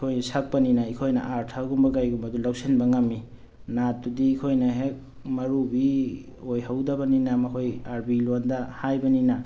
ꯑꯩꯈꯣꯏ ꯁꯛꯄꯅꯤꯅ ꯑꯩꯈꯣꯏꯅ ꯑꯥꯔꯊꯥꯒꯨꯝꯕ ꯀꯔꯤꯒꯨꯝꯕꯗꯨ ꯂꯧꯁꯤꯟꯕ ꯉꯝꯃꯤ ꯅꯥꯠꯇꯨꯗꯤ ꯑꯩꯈꯣꯏꯅ ꯍꯦꯛ ꯃꯧꯅꯨꯕꯤ ꯑꯣꯏꯍꯧꯗꯕꯅꯤꯅ ꯃꯈꯣꯏ ꯑꯥꯔꯕꯤ ꯂꯣꯟꯗ ꯍꯥꯏꯕꯅꯤꯅ